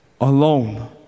alone